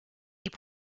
est